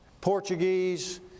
Portuguese